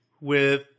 with-